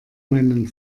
meinen